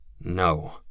No